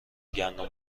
گندم